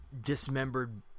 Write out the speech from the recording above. dismembered